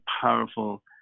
powerful